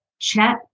chat